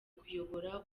kuyobora